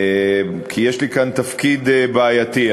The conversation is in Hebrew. כי יש לי כאן תפקיד בעייתי.